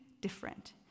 different